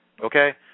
Okay